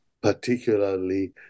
particularly